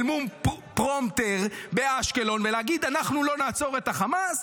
אל מול פרומפטר באשקלון ולהגיד: אנחנו לא נעצור את צה"ל,